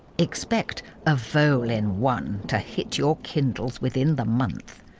expect a vole in one to hit your kindles within the month.